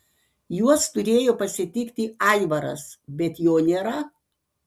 juos turėjo pasitikti aivaras bet jo nėra